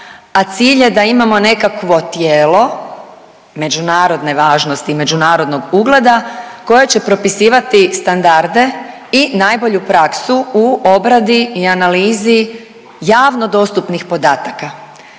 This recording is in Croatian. a cilj je da imamo nekakvo tijelo međunarodne važnosti i međunarodnog ugleda koje će propisivati standarde i najbolju praksu u obradi i analizi javno dostupnih podataka.